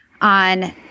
on